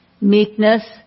meekness